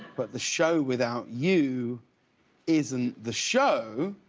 but the show without you isn't the show,